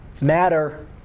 matter